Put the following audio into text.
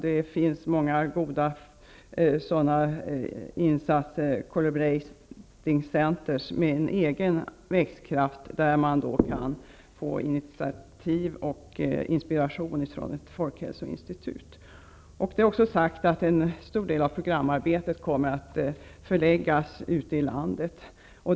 Det finns många instanser, s.k. corroborating centres, med egen växtkraft som kan inspireras av ett folkhälsoinstitut. En stor del av programarbetet kommer att förläggas på olika orter ute i landet.